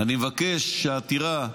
אני מבקש שהעתירה,